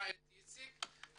את איציק,